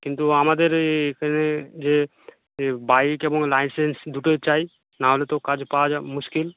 কিন্তু আমাদের এ যে যে বাইক এবং লাইসেন্স দুটোই চাই না হলে তো কাজ পাওয়া মুশকিল